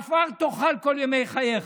עפר תאכל כל ימי חייך.